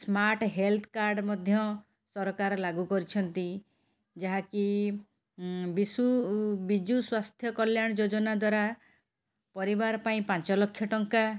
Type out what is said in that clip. smart health card ମଧ୍ୟ ସରକାର ଲାଗୁ କରିଛନ୍ତି ଯାହାକି ବିଶୁ ବିଜୁ ସ୍ୱାସ୍ଥ୍ୟ କଲ୍ୟାଣ ଯୋଜନା ଦ୍ୱାରା ପରିବାର ପାଇଁ ପାଞ୍ଚ ଲକ୍ଷ ଟଙ୍କା